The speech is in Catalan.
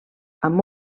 amb